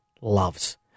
loves